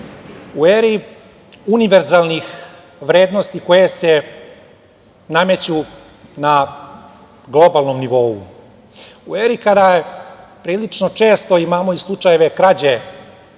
u eri univerzalnih vrednosti koje se nameću na globalnom nivou, u eri kada prilično često imamo slučajeve krađe